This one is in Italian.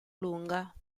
lunga